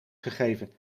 gegeven